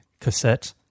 cassette